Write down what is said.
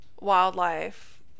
wildlife